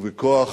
ובכוח